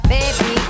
Baby